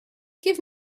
give